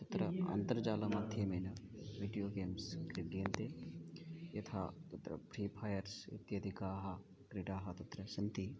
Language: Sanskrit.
तत्र अन्तर्जालमाध्यमेन वीडियो गेम्स् क्रीड्यन्ते यथा तत्र फ्री फयर्स् इत्याद्याः क्रीडाः तत्र सन्ति